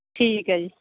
ਠੀਕ ਹੈ ਜੀ